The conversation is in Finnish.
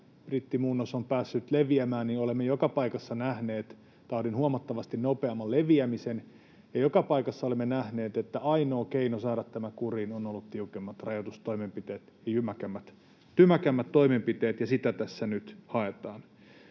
brittimuunnos on päässyt leviämään, olemme joka paikassa nähneet taudin huomattavasti nopeamman leviämisen, ja joka paikassa olemme nähneet, että ainoa keino saada tämä kuriin on ollut tiukemmat rajoitustoimenpiteet ja jymäkämmät, tymäkämmät toimenpiteet, ja sitä tässä nyt haetaan.